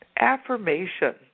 Affirmation